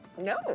No